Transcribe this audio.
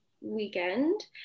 weekend